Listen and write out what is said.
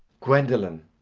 gwendolen,